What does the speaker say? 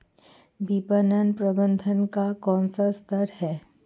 विपणन प्रबंधन का कौन सा स्तर है?